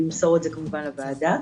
אני אמסור את זה כמובן לוועדה,